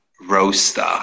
roaster